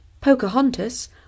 Pocahontas